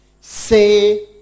say